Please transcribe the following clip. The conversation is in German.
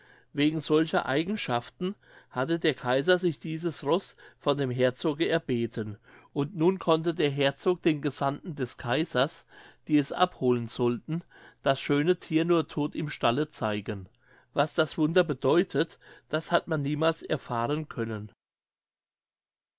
wegen solcher eigenschaften hatte der kaiser sich dieses roß von dem herzoge erbeten und nun konnte der herzog den gesandten des kaisers die es abholen sollten das schöne thier nur todt im stalle zeigen was das wunder bedeutet das hat man niemals erfahren können